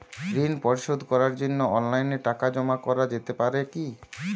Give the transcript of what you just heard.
ঋন পরিশোধ করার জন্য অনলাইন টাকা জমা করা যেতে পারে কি?